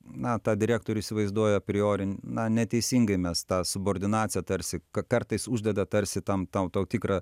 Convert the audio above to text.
na tą direktorių įsivaizduoja apriori na neteisingai mes tą subordinaciją tarsi ka kartais uždeda tarsi tam tau tikrą